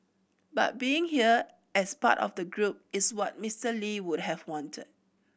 but being here as part of the group is what Mister Lee would have wanted